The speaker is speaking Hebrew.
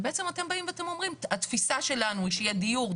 ובעצם אתם באים ואתם אומרים התפיסה שלנו היא שיהיה דיור,